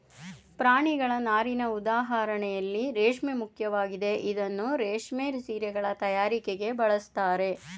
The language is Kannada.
ಪ್ರಾಣಿಗಳ ನಾರಿನ ಉದಾಹರಣೆಯಲ್ಲಿ ರೇಷ್ಮೆ ಮುಖ್ಯವಾಗಿದೆ ಇದನ್ನೂ ರೇಷ್ಮೆ ಸೀರೆಗಳ ತಯಾರಿಕೆಗೆ ಬಳಸ್ತಾರೆ